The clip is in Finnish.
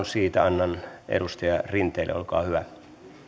siitä annan edustaja rinteelle olkaa hyvä